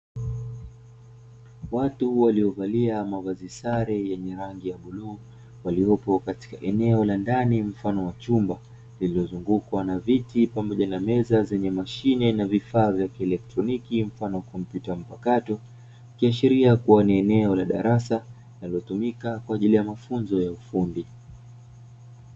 Watu waliovalia mavazi sare yenye rangi ya bluu, waliopo katika eneo la ndani mfano wa chumba, lililozungukwa na viti pamoja na meza zenye mashine na vifaa vya kielektroniki mfano kompyuta mpakato, ikiashiria kuwa ni eneo la darasa, linalotumika kwa ajili ya mafunzo ya ufundi.